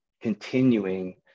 continuing